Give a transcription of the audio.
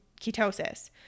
ketosis